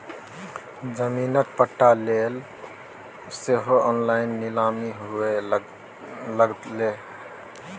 जमीनक पट्टा लेल सेहो ऑनलाइन नीलामी हुअए लागलै